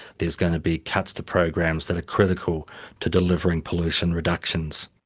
there's going to be cuts to programs that are critical to delivering pollution reductions.